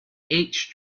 age